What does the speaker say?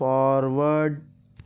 forward